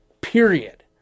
period